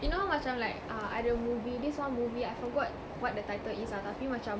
you know macam like err ada movie this one movie I forgot what the title is ah tapi macam